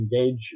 engage